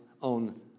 on